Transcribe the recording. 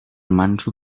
manso